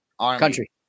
Country